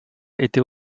était